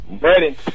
Ready